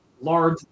large